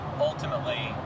ultimately